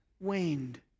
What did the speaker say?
waned